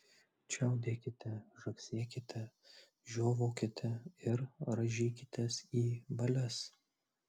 čiaudėkite žagsėkite žiovaukite ir rąžykitės į valias